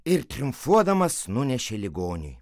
ir triumfuodamas nunešė ligoniui